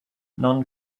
non